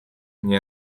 nie